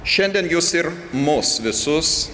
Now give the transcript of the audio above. šiandien jus ir mus visus